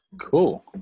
Cool